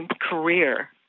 career